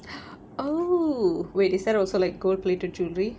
oh wait is that also like gold plated jewellery